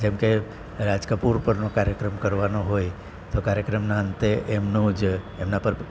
જેમ કે રાજકપૂર પરનો કાર્યક્રમ કરવાનો હોય તો કાર્યક્રમના અંતે એમનો જ એમના પર